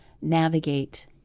navigate